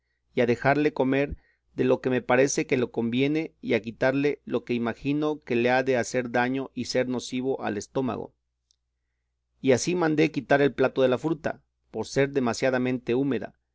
a dejarle comer de lo que me parece que le conviene y a quitarle lo que imagino que le ha de hacer daño y ser nocivo al estómago y así mandé quitar el plato de la fruta por ser demasiadamente húmeda